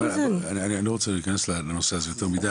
אני לא רוצה להיכנס לנושא הזה יותר מידי,